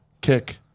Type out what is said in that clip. kick